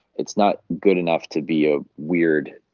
it's not good enough to be a weird,